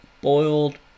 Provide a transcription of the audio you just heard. boiled